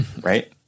right